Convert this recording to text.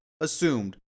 assumed